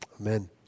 Amen